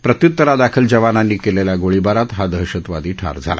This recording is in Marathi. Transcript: प्रत्यृत्तरादाखल जवानांनी केलेल्या गोळीबारात हा दहशतवादी ठार झाला